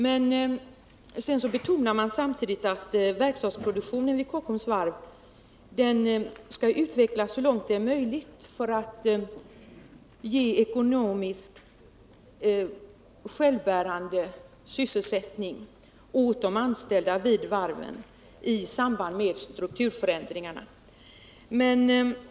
Men samtidigt betonar man att verkstadsproduktionen vid Kockums varv skall utvecklas så långt det är möjligt för att ge ekonomiskt självbärande sysselsättning åt de anställda vid varven i samband med strukturförändringarna.